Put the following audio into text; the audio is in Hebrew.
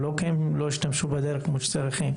ולא כי הן לא השתמשו בדרך כמו שצריך.